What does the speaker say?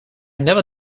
never